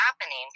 happening